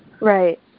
Right